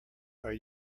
are